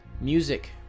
Music